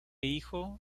hijo